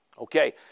Okay